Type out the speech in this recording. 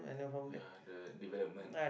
ya the development